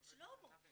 שלמה.